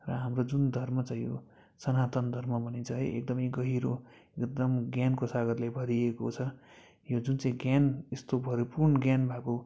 र हाम्रो जुन धर्म छ यो सनातन धर्म भनिन्छ है एकदमै गहिरो एकदम ज्ञानको सागरले भरिएको छ यो जुन चाहिँ ज्ञान यस्तो भरिपूर्ण ज्ञान भएको